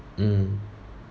mm